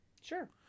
Sure